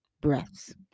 breaths